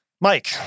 Mike